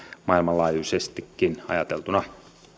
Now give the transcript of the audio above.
maailmanlaajuisestikin ajateltuna